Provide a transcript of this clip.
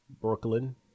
Brooklyn